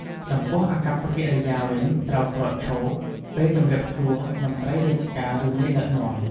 ចំពោះអាកប្បកិរិយាវិញ ត្រូវក្រោកឈរ ពេលជម្រាបសួរមន្រ្តីរាជការ ឫមេដឹកនាំ។